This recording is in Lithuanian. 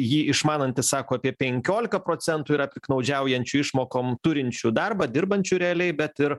jį išmanantys sako apie penkiolika procentų yra piktnaudžiaujančių išmokom turinčių darbą dirbančių realiai bet ir